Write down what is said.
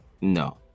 No